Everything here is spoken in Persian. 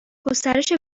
گسترش